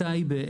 טייבה,